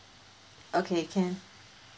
okay can